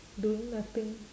doing nothing